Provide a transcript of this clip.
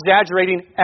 exaggerating